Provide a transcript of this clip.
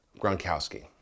Gronkowski